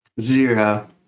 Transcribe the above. zero